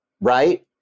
right